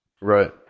Right